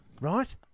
Right